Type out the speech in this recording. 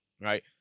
right